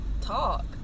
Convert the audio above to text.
talk